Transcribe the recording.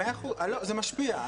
זה משפיע.